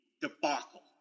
debacle